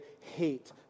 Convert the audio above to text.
hate